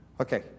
Okay